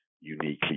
uniquely